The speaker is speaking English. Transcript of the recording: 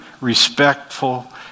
respectful